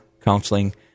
counseling